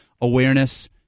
awareness